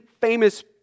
famous